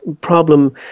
problem